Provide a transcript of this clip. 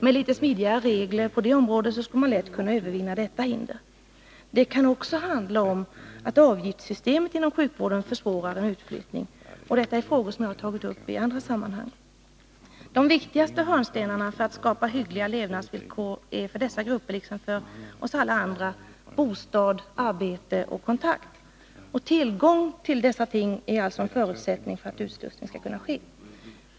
Med litet smidigare regler på det området skulle man lätt kunna övervinna dessa hinder. Det kan också handla om att avgiftssystemet inom sjukvården försvårar en utflyttning. Detta är frågor som jag tagit upp i andra sammanhang. De viktigaste hörnstenarna för att skapa hyggliga levnadsvillkor är för dessa grupper liksom för oss alla andra bostad, arbete och kontakt. Tillgång till dessa ting är alltså en förutsättning för att utslussning skall kunna ske.